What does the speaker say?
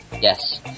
Yes